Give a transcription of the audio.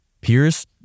peers